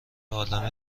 عالم